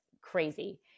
crazy